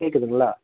கேட்குதுங்களா